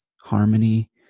harmony